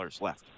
left